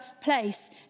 place